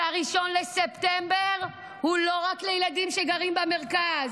ש-1 בספטמבר הוא לא רק לילדים שגרים במרכז,